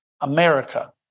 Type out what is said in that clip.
America